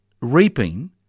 reaping